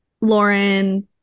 Lauren